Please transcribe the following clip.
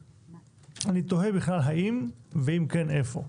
אני תוהה בכלל האם ואם כן איפה.